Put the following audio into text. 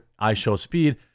iShowSpeed